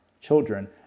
children